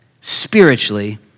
spiritually